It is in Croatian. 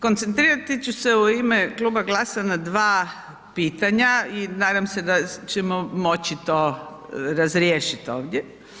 Koncentrirati ću se u ime Kluba GLAS-a na dva pitanja i nadam se da ćemo moći to razriješiti ovdje.